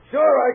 Sure